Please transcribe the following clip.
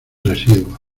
residuos